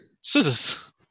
Scissors